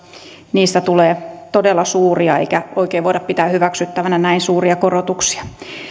niistä tulee todella suuria eikä oikein voida pitää hyväksyttävänä näin suuria korotuksia